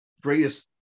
greatest